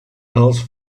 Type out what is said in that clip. els